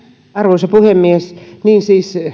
arvoisa puhemies niin siis